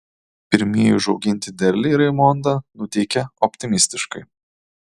pirmieji užauginti derliai raimondą nuteikė optimistiškai